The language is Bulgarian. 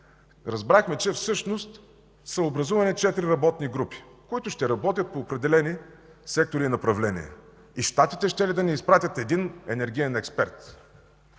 разбрахме, че всъщност са образувани четири работни групи, които ще работят по определени сектори и направления. И Щатите щели да ни изпратят един енергиен експерт